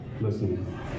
listening